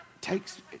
takes